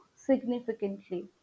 significantly